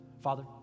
Father